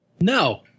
No